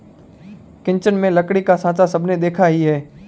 kitchen में लकड़ी का साँचा सबने देखा ही है